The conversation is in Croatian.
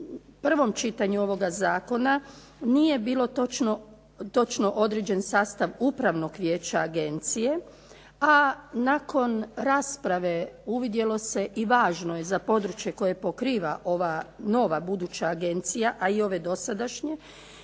prvom čitanju ovoga Zakona nije bilo točno određen sastav upravnog vijeća Agencije a nakon rasprave uvidjelo se i važno je za područje koje pokriva ova nova buduća Agencija a i ove dosadašnje